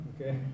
okay